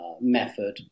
method